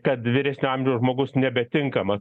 kad vyresnio amžiaus žmogus nebetinkama